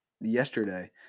yesterday